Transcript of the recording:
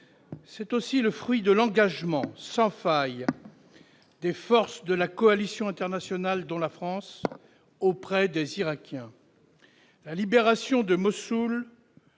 est aussi le fruit de l'engagement, sans faille, des forces de la coalition internationale, dont la France, auprès des Irakiens. La libération de Mossoul